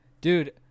Dude